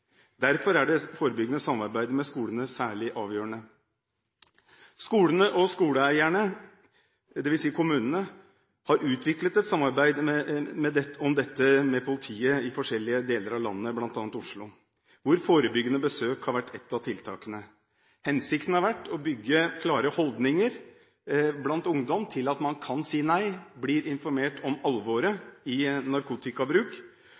Derfor er det forebyggende samarbeidet med skolene særlig avgjørende. Skolene og skoleeierne, dvs. kommunene, har utviklet et samarbeid med politiet om dette i forskjellige deler av landet, bl.a. i Oslo, hvor forebyggende besøk har vært ett av tiltakene. Hensikten har vært å bygge klare holdninger blant ungdom, at man kan si nei, at ungdommen blir informert om alvoret i narkotikabruk,